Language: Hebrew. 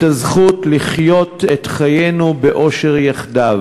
את הזכות לחיות את חיינו באושר יחדיו?